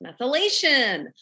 methylation